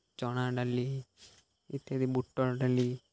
ଚଣା ଡାଲି ଇତ୍ୟାଦି ବୁଟ ଡାଲି